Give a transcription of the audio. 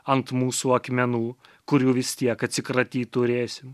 ant mūsų akmenų kurių vis tiek atsikratyt turėsim